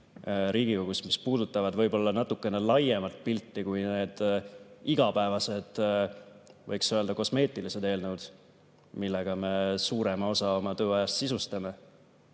Riigikogus, mis puudutavad natuke laiemat pilti kui need igapäevased, võiks öelda, kosmeetilised eelnõud, millega me suurema osa oma tööajast sisustame,